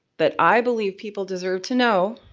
that i believe people deserve to know.